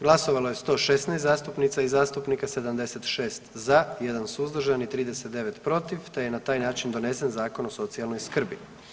Glasovalo je 116 zastupnica i zastupnika, 76 za, 1 suzdržan i 39 protiv te je na taj način donesen Zakon o socijalnoj skrbi.